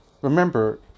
Remember